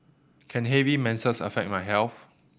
can heavy menses affect my health